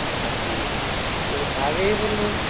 हाँ जी तो आ गए वो लोग